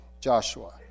Joshua